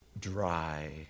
dry